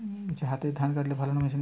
হাতে ধান কাটলে ভালো না মেশিনে?